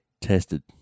tested